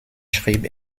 schrieb